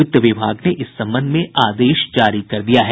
वित्त विभाग ने इस संबंध में आदेश जारी कर दिया है